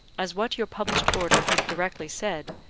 as what your published order hath directly said,